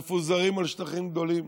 שמפוזרים על שטחים גדולים,